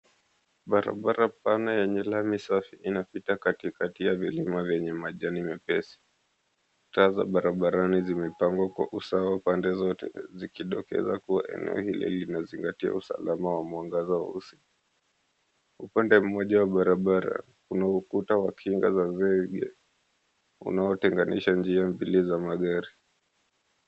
Barabara pana yenye lami safi inapita katika ya milima yenye majani mepesi. Taa za barabarani zimepangwa kwa usawa zikidokeza kuwa eneo hili linazingatia usalama wa mwangaza wa usiku. Upande moja wa barabara kuna ukuta wa kinga za zebia unaotenganisha njia mbili za magari.